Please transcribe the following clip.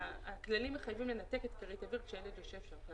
הכללים מחייבים לנתק את כרית האוויר כאשר הילד יושב שם.